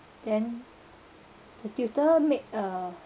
then the tutor make uh